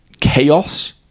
chaos